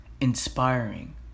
inspiring